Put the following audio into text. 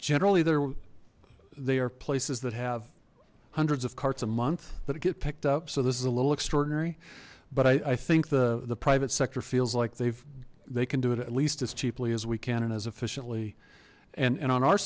generally there they are places that have hundreds of carts a month that it get picked up so this is a little extraordinary but i think the the private sector feels like they've they can do it at least as cheaply as we can and as efficiently and and on our